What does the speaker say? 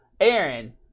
Aaron